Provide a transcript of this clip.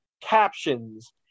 captions